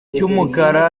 cy’umukara